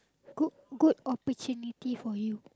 good good opportunity for you